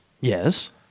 Yes